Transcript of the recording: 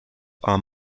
are